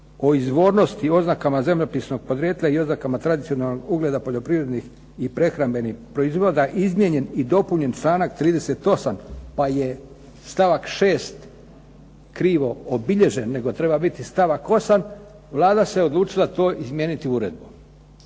o izvornosti oznaka zemljopisnog podrijetla i oznakama tradicionalnog ugleda poljoprivrednih i prehrambenih proizvoda izmijenjen i dopunjen članak 38. pa je stavak 6. krivo obilježen nego treba biti stavak 8., Vlada se odlučila to izmijeniti uredbom.